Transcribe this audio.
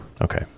Okay